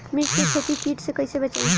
मिर्च के खेती कीट से कइसे बचाई?